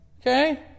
okay